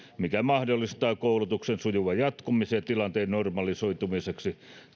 mikä mahdollistaa koulutuksen sujuvan jatkumisen ja tilanteen normalisoitumiseksi